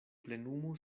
plenumu